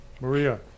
maria